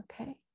Okay